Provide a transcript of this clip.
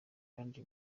kandi